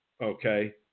okay –